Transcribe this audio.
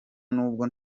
nubwo